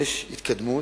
יש התקדמות,